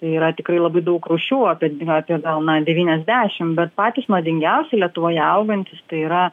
tai yra tikrai labai daug rūšių apie apie gal na devyniasdešim bet patys nuodingiausi lietuvoje augantys tai yra